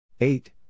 eight